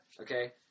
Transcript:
Okay